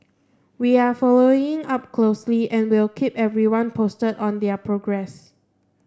we are following up closely and will keep everyone posted on their progress